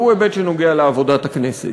והוא היבט שנוגע לעבודת הכנסת.